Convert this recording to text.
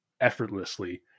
effortlessly